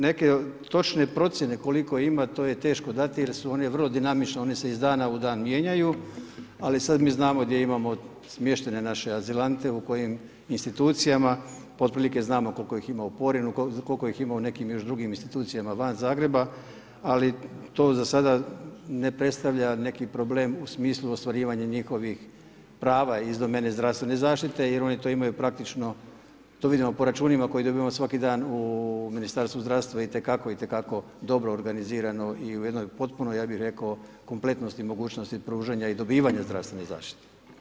Neke točne procjene koliko ima, to je teško dati jer su one vrlo dinamične, one se iz dana u dan mijenjaju, ali sada mi znamo gdje imamo smještene naše azilante u kojim institucijama pa otprilike znamo koliko ih ima u Porinu, koliko ih ima u još nekim drugim institucijama van Zagreba, ali to za sada ne predstavlja neki problem u smislu ostvarivanja njihovih prava iz domene zdravstvene zaštite jer oni to imaju praktično, to vidimo po računima koje dobivamo svaki dan u Ministarstvu zdravstva itekako, itekako dobro organizirano i u jednoj potpunoj kompletnosti i mogućnosti pružanja i dobivanja zdravstvene zaštite.